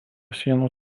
sienų